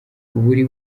buri